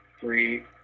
three